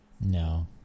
No